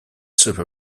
super